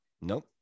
Nope